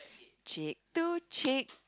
cheek to cheek